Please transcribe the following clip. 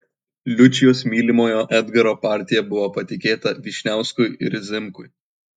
liučijos mylimojo edgaro partija buvo patikėta vyšniauskui ir zimkui